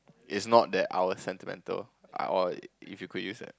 it's not that I was sentimental uh or if you could use that